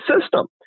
system